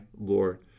Lord